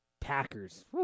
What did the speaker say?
Packers